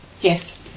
Yes